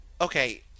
Okay